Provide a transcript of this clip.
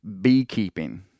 beekeeping